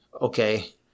okay